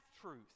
truth